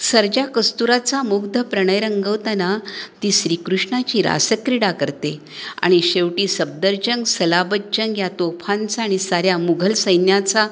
सर्जा कस्तुराचा मुग्ध प्रणय रंगवताना ती श्रीकृष्णाची रासक्रीडा करते आणि शेवटी सफदरजंग सलाबतजंग या तोफांचा आणि साऱ्या मोंघल सैन्याचा